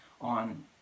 on